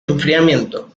enfriamiento